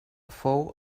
fou